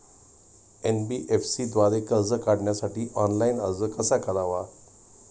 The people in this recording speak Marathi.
एन.बी.एफ.सी द्वारे कर्ज काढण्यासाठी ऑनलाइन अर्ज कसा करावा?